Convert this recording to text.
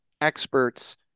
experts